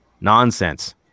nonsense